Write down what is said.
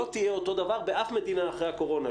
לא תהיה אותו דבר באף מדינה אחרי הקורונה,